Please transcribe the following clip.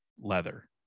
leather